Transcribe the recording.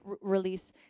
release